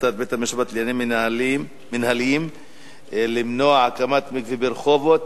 החלטת בית-המשפט לעניינים מינהליים למנוע הקמת מקווה ברחובות,